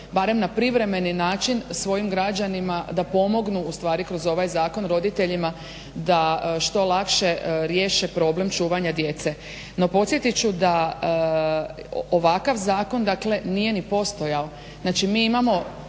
barem na privremeni način svojim građanima da pomognu ustvari kroz ovaj zakon roditeljima da što lakše riješe problem čuvanja djece. No podsjetit ću da ovakav zakon dakle nije ni postojao. Dakle mi imamo